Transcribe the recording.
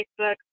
Facebook